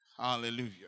Hallelujah